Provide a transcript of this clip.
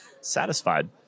satisfied